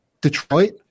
Detroit